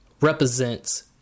represents